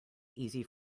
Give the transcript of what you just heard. easy